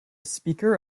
speaker